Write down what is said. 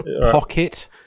Pocket